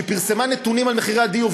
שפרסמה נתונים על מחירי הדיור,